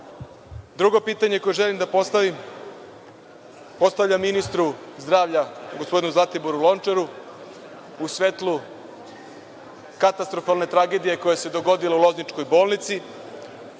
pitanje koje želim da postavim, postavljam ministru gospodinu Zlatiboru Lončaru u svetlu katastrofalne tragedije koja se dogodila u Lozničkoj bolnici,